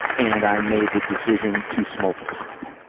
and i made the decision to smoke pot.